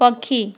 ପକ୍ଷୀ